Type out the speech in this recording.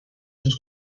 cents